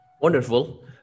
Wonderful